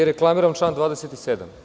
Reklamiram član 27.